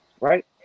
right